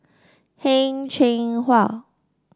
Heng Cheng Hwa